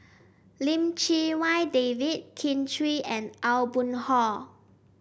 Lim Chee Wai David Kin Chui and Aw Boon Haw